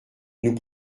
nous